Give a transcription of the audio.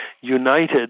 united